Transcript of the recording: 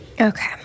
Okay